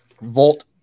Volt